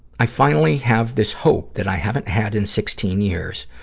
i finally have this hope that i haven't had in sixteen years.